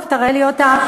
טוב, תראה לי אותה.